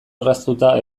orraztuta